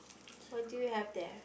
why do you have there